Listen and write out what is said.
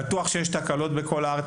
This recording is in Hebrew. בטוח שיש תקלות בכל הארץ.